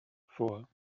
four